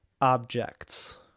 objects